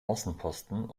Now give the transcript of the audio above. außenposten